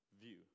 view